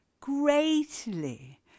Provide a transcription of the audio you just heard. Greatly